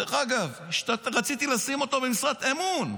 דרך אגב, רציתי לשים אותו במשרת אמון,